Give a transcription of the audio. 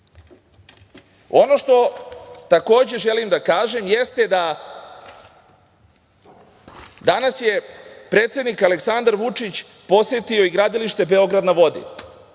što takođe želim da kažem jeste da je danas predsednik Aleksandar Vučić posetio i gradilište „Beograd na vodi“